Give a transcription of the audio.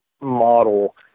model